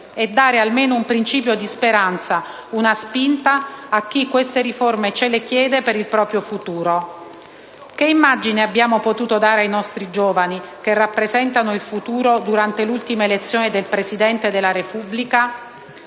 di dare almeno un principio di speranza, una spinta, a chi queste riforme ci chiede per il proprio futuro. Che immagine abbiamo potuto dare ai nostri giovani, che rappresentano il futuro, durante l'ultima elezione del Presidente della Repubblica?